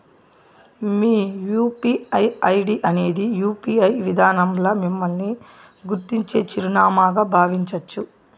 మీ UPI ID అనేది UPI విదానంల మిమ్మల్ని గుర్తించే చిరునామాగా బావించచ్చు